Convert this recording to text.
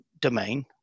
domain